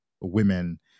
women